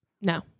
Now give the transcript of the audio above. No